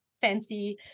fancy